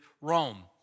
Rome